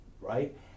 right